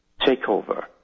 takeover